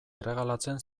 erregalatzen